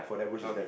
okay